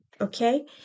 okay